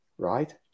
Right